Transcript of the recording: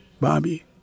Bobby